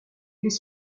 les